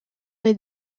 les